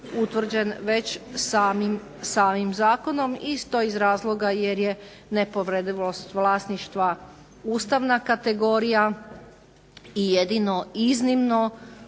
već samim zakonom i to iz razloga jer je nepovredivost vlasništva ustavna kategorija i jedino iznimno